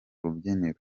rubyiniro